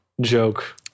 joke